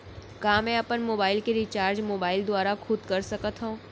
का मैं अपन मोबाइल के रिचार्ज मोबाइल दुवारा खुद कर सकत हव?